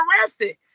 arrested